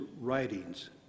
writings